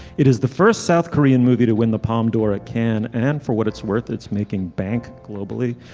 it is the first south korean movie to win the palme d'or at cannes and for what it's worth it's making bank globally.